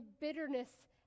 bitterness